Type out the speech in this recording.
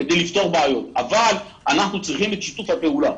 אבל אנחנו צריכים את שיתוף הפעולה.